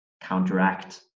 counteract